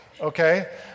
okay